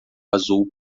azul